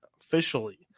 officially